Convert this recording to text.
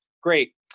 Great